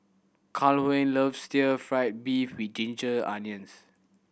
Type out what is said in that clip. Calhoun loves still fried beef with ginger onions